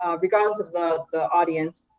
um regardless of the the audience.